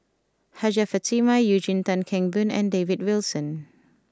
Hajjah Fatimah Eugene Tan Kheng Boon and David Wilson